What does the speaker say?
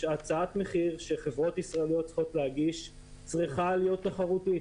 שהצעת מחיר שחברות ישראליות צריכות להגיש צריכה להיות תחרותית.